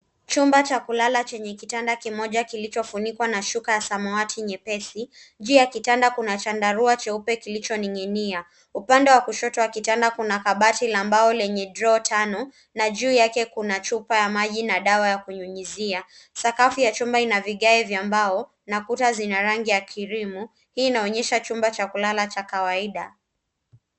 Chumba cha kulala chenye kitanda kimoja kilichofunikwa na shuka ya samawati nyepesi. Juu ya kitanda kuna chandarua cheupe kilichining'inia. Upande wa kushoto wa kitanda kuna kabati la mbao lenye draw tano na juu yake kuna chupa ya maji na dawa ya kunyunyizia. Sakafu ya chuma ina vigae vya mbao na kuta zina rangi ya krimu. Hii inaonyesha chumba cha kulala cha kawaida.